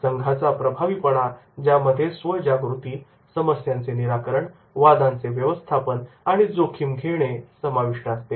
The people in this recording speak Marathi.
संघाचा प्रभावीपणा ज्यामध्ये स्व जागृती समस्यांचे निराकरण वादांचे व्यवस्थापन आणि जोखीम घेणे समाविष्ट असते